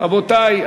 רבותי,